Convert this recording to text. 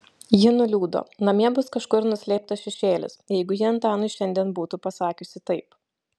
ji nuliūdo namie bus kažkur nuslėptas šešėlis jeigu ji antanui šiandien būtų pasakiusi taip